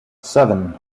seven